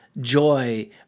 joy